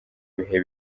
bihe